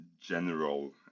general